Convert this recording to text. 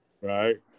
Right